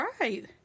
right